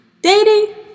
Dating